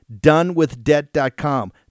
donewithdebt.com